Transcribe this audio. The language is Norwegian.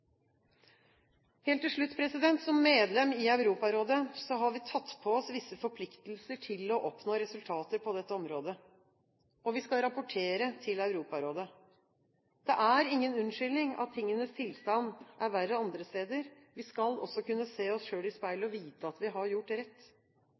Helt til slutt: Som medlem i Europarådet har vi tatt på oss visse forpliktelser til å oppnå resultater på dette området. Vi skal rapportere til Europarådet. Det er ingen unnskyldning at tingenes tilstand er verre andre steder. Vi skal også kunne se oss selv i